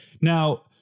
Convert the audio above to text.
Now